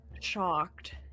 shocked